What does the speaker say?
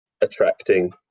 attracting